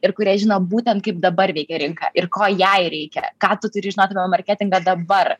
ir kurie žino būtent kaip dabar veikia rinka ir ko jai reikia ką tu turi žinot apie marketingą dabar